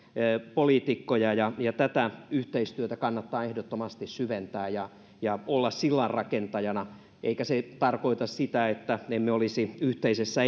poliitikkoja tätä yhteistyötä kannattaa ehdottomasti syventää ja ja olla sillanrakentajana eikä se tarkoita sitä että emme olisi yhteisessä